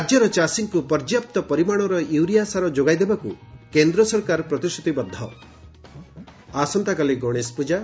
ରାକ୍ୟର ଚାଷୀଙ୍କୁ ପର୍ଯ୍ୟାପ୍ତ ପରିମାଶର ୟୁରିଆ ସାର ଯୋଗାଇ ଦେବାକୁ କେନ୍ଦ୍ର ସରକାର ପ୍ରତିଶ୍ରତିବଦ୍ଧ ଆସନ୍ତାକାଲି ଗଣେଶପୂଜା